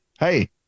Hey